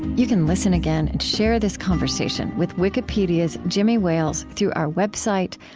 you can listen again and share this conversation with wikipedia's jimmy wales through our website,